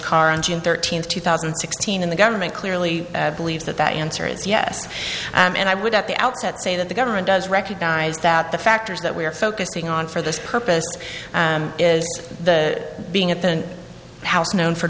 car engine thirteenth two thousand and sixteen in the government clearly believes that that answer is yes and i would at the outset say that the government does recognize that the factors that we are focusing on for this purpose is the being at the house known for